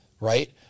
right